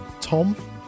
Tom